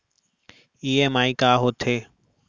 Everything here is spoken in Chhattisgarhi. ई.एम.आई का होथे?